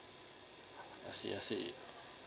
I see I see